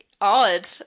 odd